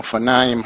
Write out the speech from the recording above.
אופניים,